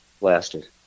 lasted